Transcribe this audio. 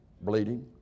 bleeding